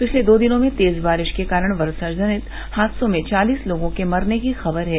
पिछले दो दिनों में तेज बारिश के कारण वर्षा जनित हादसों में चालीस लोगों के मरने की खबर है